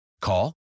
call